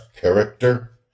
character